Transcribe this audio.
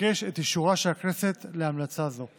אבקש את אישורה של הכנסת להמלצה זו.